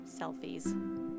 selfies